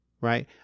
right